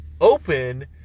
open